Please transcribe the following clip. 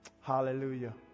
Hallelujah